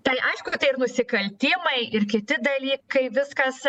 tai aišku tai ir nusikaltimai ir kiti dalykai viskas